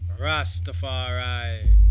Rastafari